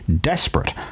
desperate